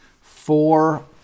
four